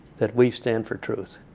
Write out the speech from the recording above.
that we stand for truth.